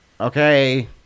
okay